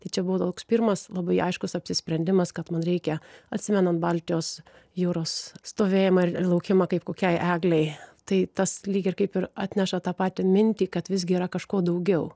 tai čia buvo toks pirmas labai aiškus apsisprendimas kad man reikia atsimenant baltijos jūros stovėjimą ir laukimą kaip kokiai eglei tai tas lyg ir kaip ir atneša tą patį mintį kad visgi yra kažko daugiau